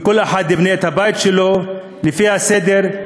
וכל אחד יבנה את הבית שלו לפי הסדר,